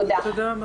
תודה רבה